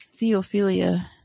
Theophilia